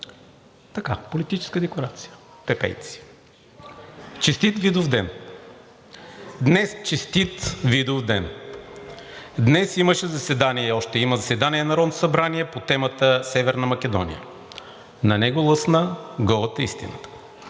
Така. Политическа декларация: Честит Видовден! Днес, честит Видовден! Днес имаше заседание и още има заседание на Народното събрание по темата Северна Македония, на него лъсна голата истина.